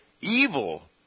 evil